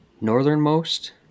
northernmost